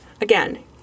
again